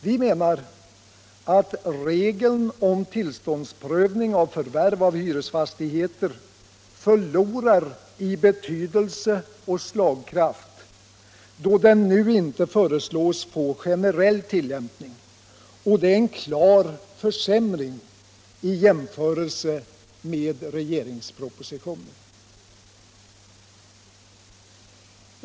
Vi menar att regeln om tillståndsprövning vid förvärv av hyresfastigheter förlorar i betydelse och slagkraft då den nu inte föreslås få generell tillämpning —- och det är en klar försämring i jämförelse med regeringspropositionen.